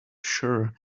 sure